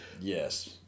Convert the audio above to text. Yes